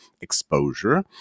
exposure